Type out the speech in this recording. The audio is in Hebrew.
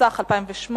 התשס"ח 2008,